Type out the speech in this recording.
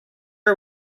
are